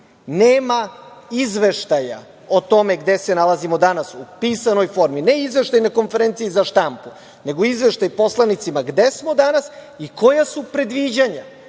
nema izveštaja o tome gde se nalazimo danas u pisanoj formi, ne izveštaj na konferenciji za štampu, nego izveštaj poslanicima gde smo danas i koja su predviđanja. Mi